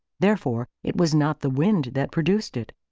therefore it was not the wind that produced it,